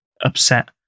upset